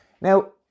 Now